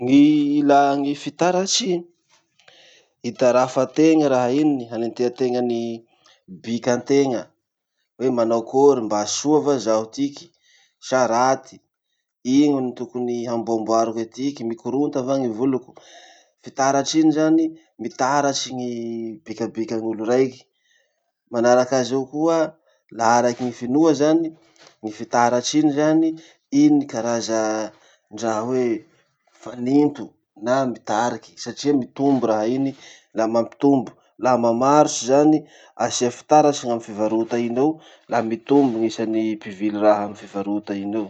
Gny ilà gny fitaratsy, hitarafa tena raha iny, hanentia tena ny bikatena, hoe manao akory mba soa va zaho tiky sa raty. Ino ny tokony hamboamboariko etiky, mikoronta va gny voloko. Fitaritsy iny zany, mitaratsy ny bikabikan'olo raiky. Manarak'azy eo koa, laha araky ny finoa zany, ny fitaratsy iny zany, iny karazandraha hoe faninto na mitariky satria mitombo raha iny, la mampitombo. Laha mamarotsy zany, asia fitaratsy amy fivarota iny ao, laha mitombo gn'isan'ny mpivly raha amy fivarota iny eo.